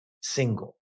single